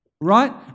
Right